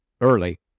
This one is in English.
early